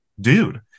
dude